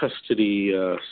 custody